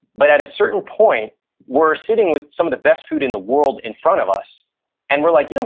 but at a certain point we're sitting with some of the best food in the word in front of us and we're like, you know